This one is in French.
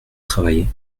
travailler